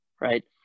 right